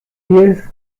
pies